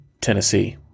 Tennessee